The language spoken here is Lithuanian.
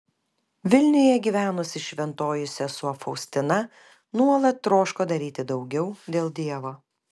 vilniuje gyvenusi šventoji sesuo faustina nuolat troško daryti daugiau dėl dievo